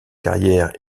carrière